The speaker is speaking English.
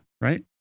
Right